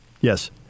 Yes